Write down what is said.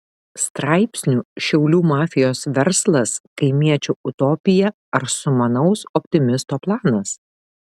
straipsnių šiaulių mafijos verslas kaimiečio utopija ar sumanaus optimisto planas